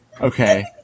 okay